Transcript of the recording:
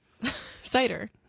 Cider